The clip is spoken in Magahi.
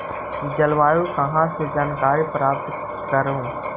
जलवायु कहा से जानकारी प्राप्त करहू?